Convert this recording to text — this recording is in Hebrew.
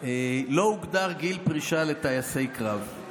לא הוגדר גיל פרישה לטייסי קרב.